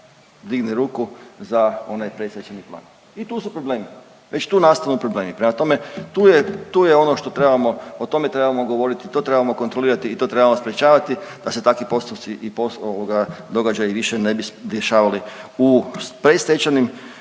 digne ruku za onaj predstečajni plan. I tu su problemi, već tu nastanu problemi. Prema tome tu je, tu je ono što trebamo, o tome trebamo govoriti, to trebamo kontrolirati i to trebamo sprječavati da se takvi postupci i ovoga događaji više ne bi dešavali u predstačajnim